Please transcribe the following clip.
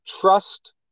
trust